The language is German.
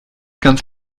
ganz